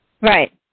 Right